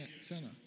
center